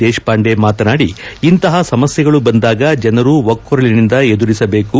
ದೇಶಪಾಂಡೆ ಮಾತನಾಡಿ ಇಂತಹ ಸಮಸ್ಯೆಗಳು ಬಂದಾಗ ಜನರು ಒಕ್ಕೊರೆಲಿನಿಂದ ಎದುರಿಸಬೇಕು